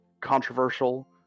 controversial